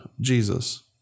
Jesus